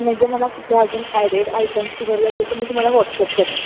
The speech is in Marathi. नाही तर मला कुठल्या अजून ॲडेड आयटम्सची गरज असेल तर मी तुम्हाला वॉट्सअप करेन